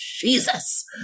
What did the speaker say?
Jesus